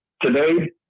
today